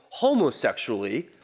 homosexually